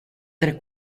tre